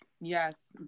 yes